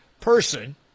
person